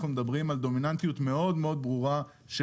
אנחנו מדברים על דומיננטיות מאוד ברורה של